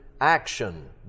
action